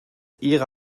ihre